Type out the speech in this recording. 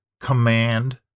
command